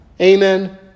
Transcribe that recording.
Amen